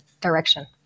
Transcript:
direction